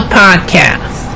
podcast